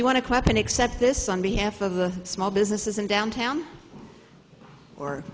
if you want to clap and accept this on behalf of the small businesses in downtown or